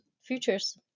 futures